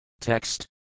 Text